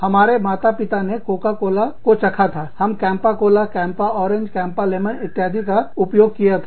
और हमारे माता पिता ने कोका कोला को चखा था हम Campa cola Campa orange Campa lemon इत्यादि का उपयोग किया था